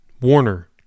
Warner